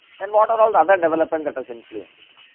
then what are all other development that has influenced.